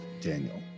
Daniel